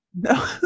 No